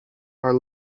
are